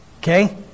Okay